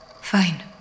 Fine